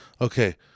Okay